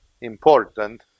important